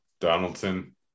donaldson